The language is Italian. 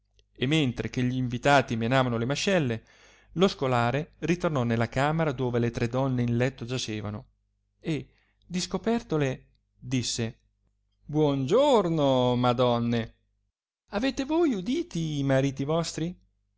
e mentre che gli invitati menavano le mascelle lo scolare ritornò nella camera dove le tre donne in letto giacevano e discopertele disse buon giorno madonne avete voi uditi i mariti vostri